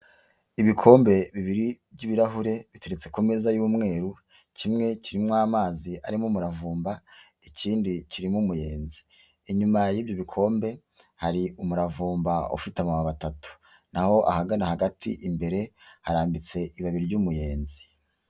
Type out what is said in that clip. Ibikombe bibiri by'ibirahure bituretse ku meza y'umweru kimwe kirimo amazi arimo umuravumba, ikindi kirimo umuyenzi, inyuma y'ibyo bikombe hari umuravumba ufite amababi atatu, naho ahagana hagati imbere harambitse ibabi ry'umuyenzi.